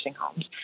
homes